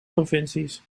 provincies